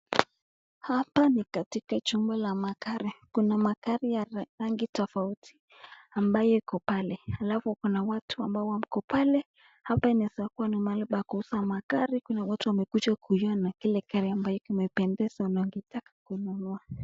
Hapa ni katika jumba la magari. Kuna magari ya rangi tofauti ambayo iko pale alafu kuna watu ambao wako pale. Hapa inaeza kuwa ni mahali pa kuuza magari. Kuna watu wamekuja kuiona ile gari ambayo wamependezwa na wagetaka kununua.